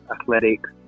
athletics